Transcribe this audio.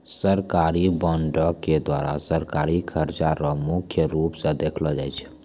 सरकारी बॉंडों के द्वारा सरकारी खर्चा रो मुख्य रूप स देखलो जाय छै